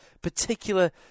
particular